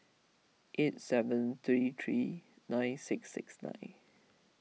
eight seven three three nine six six nine